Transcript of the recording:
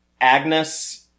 Agnes